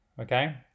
okay